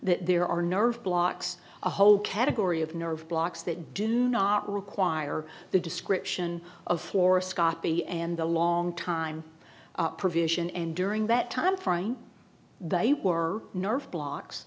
that there are nerve blocks a whole category of nerve blocks that do not require the description of force copy and a long time provision and during that timeframe they were nerve blocks